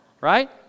Right